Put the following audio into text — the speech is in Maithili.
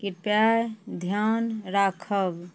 कृपया धिआन राखब